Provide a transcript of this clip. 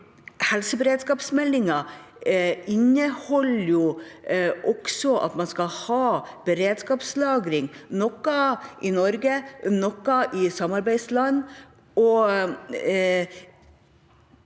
Helseberedskapsmeldingen inneholder også at man skal ha beredskapslagre, noe i Norge, noe i samarbeidsland.